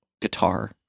guitar